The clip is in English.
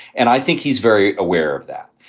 and i think he's very aware of that.